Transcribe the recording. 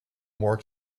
more